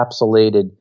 encapsulated